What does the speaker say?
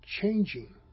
changing